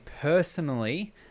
personally